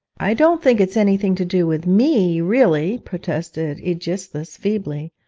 i don't think it's anything to do with me, really protested aegisthus, feebly.